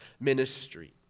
ministry